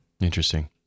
Interesting